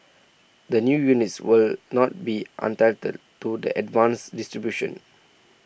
the new units will not be entitled to the advanced distribution